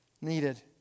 needed